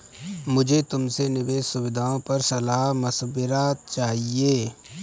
मुझे तुमसे निवेश सुविधाओं पर सलाह मशविरा चाहिए